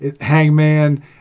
Hangman